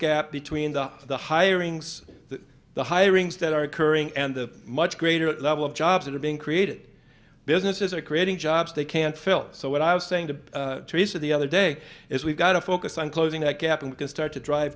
gap between the the hirings the the hirings that are occurring and the much greater level of jobs that are being created businesses are creating jobs they can't fill so what i was saying to the other day is we've got to focus on closing that gap and can start to drive